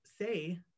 say